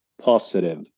positive